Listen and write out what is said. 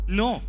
no